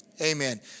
Amen